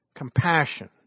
Compassion